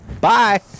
bye